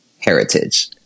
heritage